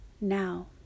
now